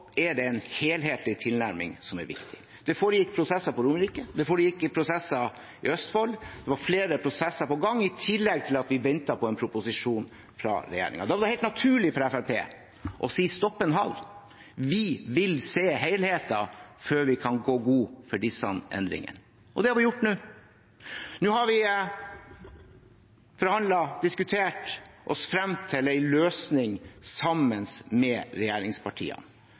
er det en helhetlig tilnærming som er viktig. Det foregikk prosesser på Romerike, det foregikk prosesser i Østfold, det var flere prosesser på gang, i tillegg til at vi ventet på en proposisjon fra regjeringen. Da var det helt naturlig for Fremskrittspartiet å si: Stopp en hal – vi vil se helheten før vi kan gå god for disse endringene. Det har vi gjort nå. Nå har vi forhandlet og diskutert oss frem til en løsning sammen med regjeringspartiene